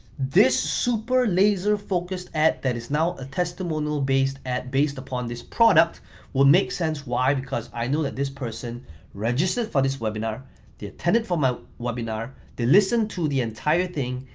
this super laser focused ad that is now a testimonial-based ad based upon this product will make sense, why? because i know that this person registered for this webinar they attended for my webinar, they listened to the entire thing,